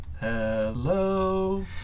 Hello